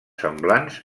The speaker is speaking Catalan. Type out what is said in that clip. semblants